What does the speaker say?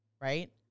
right